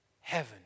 Heaven